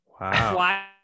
wow